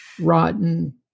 rotten